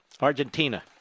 Argentina